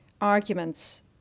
arguments